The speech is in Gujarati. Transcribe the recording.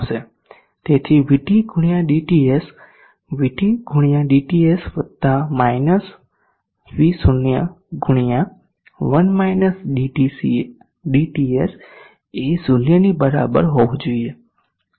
તેથી VT ગુણ્યા dTS VT ગુણ્યા dTs વતા માઈનસ V0 ગુણ્યા 1 dTS એ 0 ની બરાબર હોવું જોઈએ